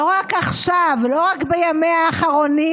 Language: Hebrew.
לא רק עכשיו ולא רק בימיה האחרונים,